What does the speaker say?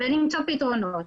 -- ולמצוא פתרונות.